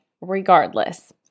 regardless